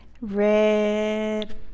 Red